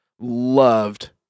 loved